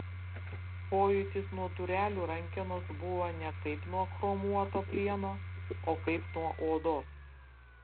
pojūtis nuo durelių rankenos buvo ne kaip nuo chromuoto plieno o kaip nuo odos